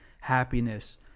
happiness